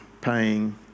paying